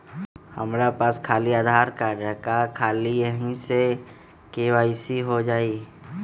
हमरा पास खाली आधार कार्ड है, का ख़ाली यही से के.वाई.सी हो जाइ?